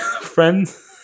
Friends